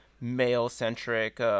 male-centric